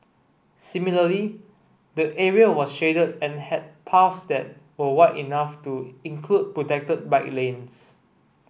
similarly the area was shaded and had paths that were wide enough to include protected bike lanes